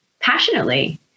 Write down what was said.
passionately